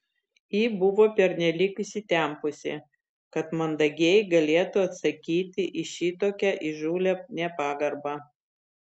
ji buvo pernelyg įsitempusi kad mandagiai galėtų atsakyti į šitokią įžūlią nepagarbą